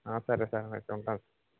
సరే సార్ అయితే ఉంటాను